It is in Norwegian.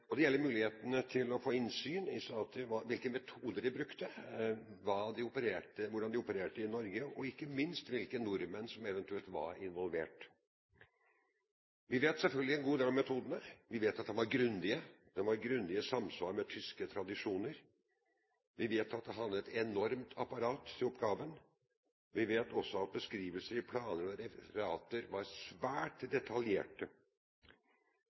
det. Det gjelder mulighetene til å få innsyn i Stasi, hvilke metoder de brukte, hvordan de opererte i Norge, og ikke minst hvilke nordmenn som eventuelt var involvert. Vi vet selvfølgelig en god del om metodene. Vi vet at de var grundige, i samsvar med tyske tradisjoner. Vi vet at de hadde et enormt apparat til oppgaven. Vi vet også at beskrivelser i planer og referater var svært detaljerte.